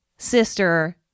sister